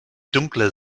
dunkle